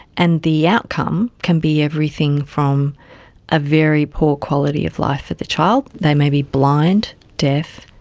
and the outcome can be everything from a very poor quality of life for the child, they may be blind, deaf,